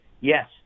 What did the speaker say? yes